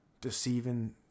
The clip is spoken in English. deceiving